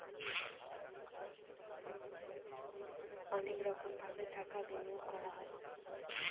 অনেক রকমভাবে টাকা বিনিয়োগ করা হয়